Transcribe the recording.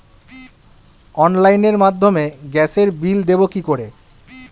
অনলাইনের মাধ্যমে গ্যাসের বিল দেবো কি করে?